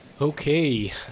Okay